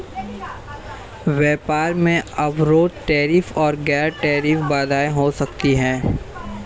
व्यापार में अवरोध टैरिफ और गैर टैरिफ बाधाएं हो सकती हैं